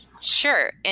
Sure